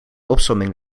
opsomming